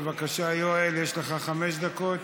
בבקשה, יואל, יש לך חמש דקות.